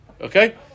Okay